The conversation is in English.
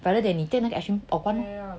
rather than 你 take 那个 extra